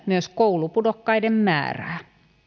myös koulupudokkaiden määrää